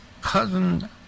cousin